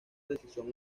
decisión